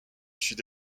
sud